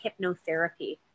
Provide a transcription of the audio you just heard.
hypnotherapy